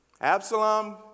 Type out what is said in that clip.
Absalom